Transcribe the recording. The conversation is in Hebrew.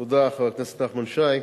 תודה, חבר הכנסת נחמן שי,